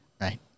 Right